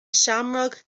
seamróg